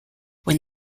when